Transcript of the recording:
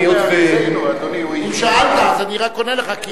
גלינו מארצנו, אדוני, שאלת, אז אני רק עונה לך.